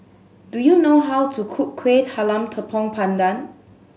do you know how to cook Kuih Talam Tepong Pandan